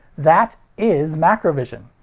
that is macrovision.